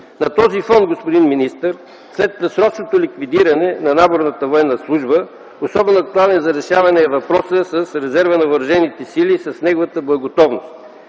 На този фон, господин министър, след срочното ликвидиране на наборната военна служба особен актуален за решаване е въпросът с резерва на въоръжените сили и с неговата боеготовност.